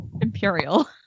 imperial